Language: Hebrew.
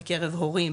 בקרב הורים,